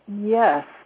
Yes